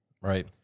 Right